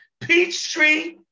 Peachtree